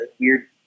weird